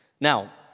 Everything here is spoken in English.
Now